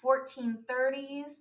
1430s